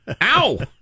ow